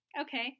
Okay